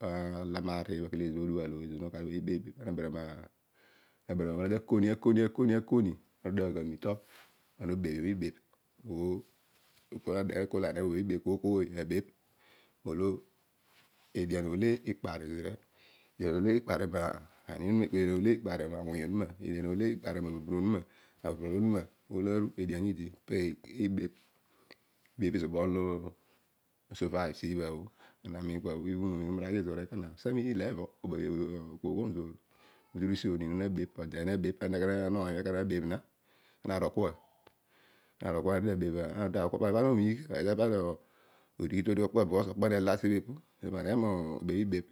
Aar obho ala maraar teebha kele odual o po ana ta bebh ibebh. Ana abara aghol ana takomi akoni akoni ana oruedio ai meel up. po nodeghe okol koiy kooy abebh. Edian oh ikpario zira. Ani oumra. awuny onuma. aburubololo ibebh peri ubol no survive siibha. amem unaraghi zoor ekana ileebo piwa ueeghe ukuom zoor. Ana ki asi onun nabebh. ode nabebh. ony ekar ana arol kua abele mobebh pana omiigh because okpo nela epu. so paneghe mobebh ibebh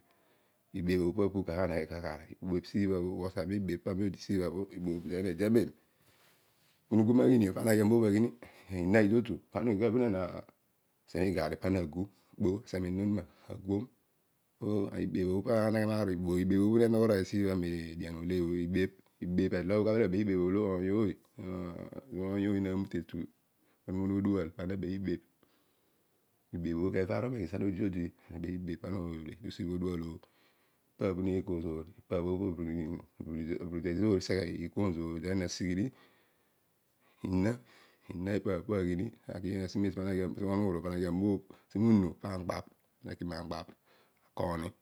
ibebh o pobho apu kaar kaar siibha bho ede amem. ana agbo maghini pana aghi amoobh aghini o. ana uaeghe mi garri pana guom ena onuma. ibebh obho pobha alamaaur siibha bho, ezo lo obele obebh ibebh oolo. oiy ooy naa mute atu kezobho odual pana ta bebh ibebh ipabho po neeko zoor. Aburuniin ezoor riseghe iikuom zoor then ina. nia ipa aghini na si monvur o panaghi awoobh. Nasi mu'unu pa amukpabh. tagim amukpabh.